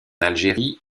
algérie